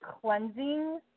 cleansing